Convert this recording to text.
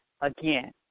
again